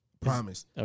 promise